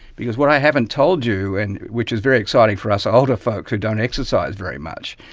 because what i haven't told you and which is very exciting for us older folks who don't exercise very much,